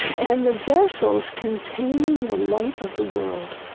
and the vessels containing the light of the world,